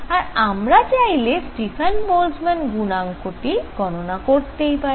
আর আমরা চাইলে Stefan Boltzmann গুণাঙ্কটি গণনা করতেই পারি